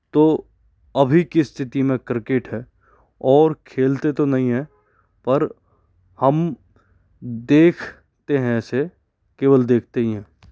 तो अभी की स्थिति में क्रिकेट है और खेलते तो नहीं है पर हम देखते हैं ऐसे केवल देखते ही हैं